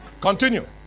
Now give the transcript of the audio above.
Continue